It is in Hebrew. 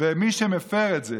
ומי שמפר את זה